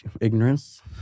ignorance